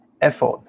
Effort